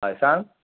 हय सांग